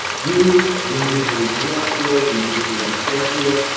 you, the individual you work for, the individual you care for,